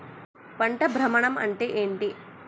పంట భ్రమణం అంటే ఏంటి?